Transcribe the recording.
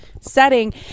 setting